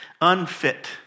Unfit